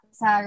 sa